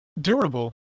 durable